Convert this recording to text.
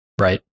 Right